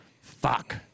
fuck